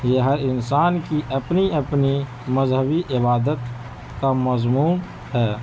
یہ ہر انسان کی اپنی اپنی مذہبی عبادت کا مضموم ہے